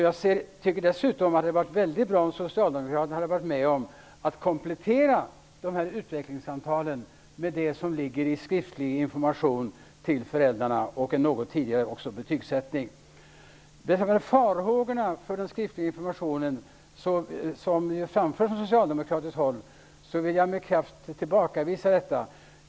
Jag tycker dessutom att det hade varit väldigt bra om Socialdemokraterna hade varit med på att komplettera dessa utvecklingssamtal med det som ligger i skriftlig information till föräldrarna, och även en något tidigare betygssättning. Jag vill med kraft tillbakavisa de farhågor inför den skriftliga informationen som framförts från socialdemokratiskt håll.